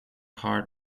hard